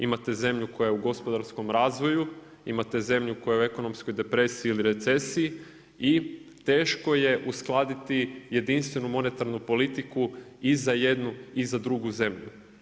Imate zemlju koja je u gospodarskom razvoju, imate zemlju koja je u ekonomskoj depresiji ili recesiji i teško uskladiti jedinstvenu monetarnu politiku iza jednu i za drugu zemlju.